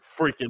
Freaking